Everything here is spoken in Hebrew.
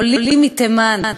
עולים מתימן,